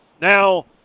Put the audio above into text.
Now